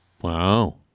Wow